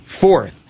fourth